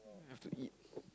have to eat